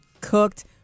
cooked